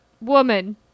woman